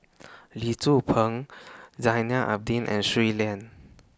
Lee Tzu Pheng Zainal Abidin and Shui Lan